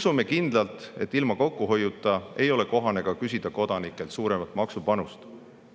Usume kindlalt, et ilma kokkuhoiuta ei ole kohane küsida ka kodanikelt suuremat maksupanust.